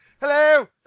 Hello